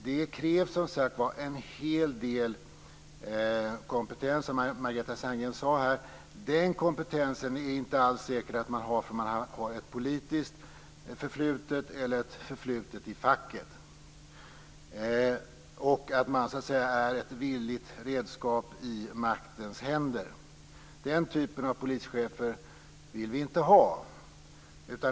Det krävs, som sagt var, en hel del kompetens, som Margareta Sandgren sade här. Den kompetensen är det inte alls säkert att man har för att man har ett politiskt förflutet eller ett förflutet i facket eller för att man är ett villigt redskap i maktens händer. Den typen av polischefer vill vi inte ha.